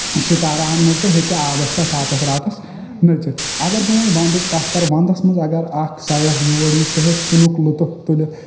شکاراہن منٛز تہٕ ہیٚکہِ آبس پٮ۪ٹھ راتس راتس نٔژِتھ اگر بہٕ وۄنۍ ونٛدٕچ کتھ کرٕ ونٛدس منٛز اگر اکھ سیاح یور ییہِ سُہ ہیٚکہِ شِنُک لُطف تُلِتھ